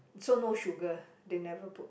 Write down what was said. so no sugar they never put